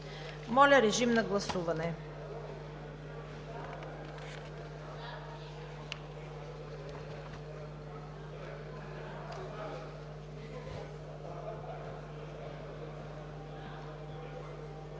Моля, режим на гласуване